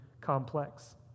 complex